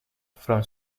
from